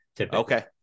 okay